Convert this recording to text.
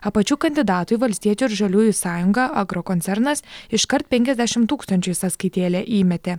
apačių kandidatui valstiečių ir žaliųjų sąjunga agrokoncernas iškart penkiasdešim tūkstančių į sąskaitėlę įmetė